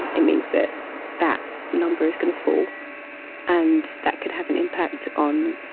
and it means that that number is going to fall. and that could have an impact on